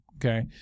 okay